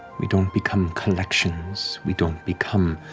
we don't become collections, we don't become